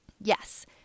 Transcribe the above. Yes